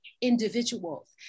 individuals